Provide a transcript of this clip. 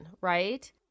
Right